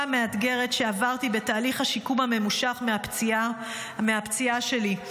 המאתגרת שעברתי בתהליך השיקום הממושך מהפציעה שלי,